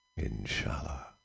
Inshallah